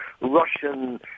Russian